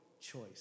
choice